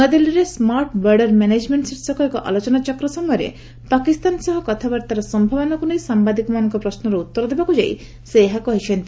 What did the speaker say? ନୂଆଦିଲ୍ଲୀରେ smart border management ଶୀର୍ଷକ ଏକ ଆଲୋଚନା ଚକ୍ର ସମୟରେ ପାକିସ୍ତାନ ସହ କଥାବାର୍ତ୍ତାର ସମ୍ଭାବନାକୁ ନେଇ ସାମ୍ଭାଦିକମାନଙ୍କ ପ୍ରଶ୍ୱର ଉତ୍ତର ଦେବାକୁ ଯାଇ ସେ ଏହା କହିଛନ୍ତି